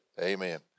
Amen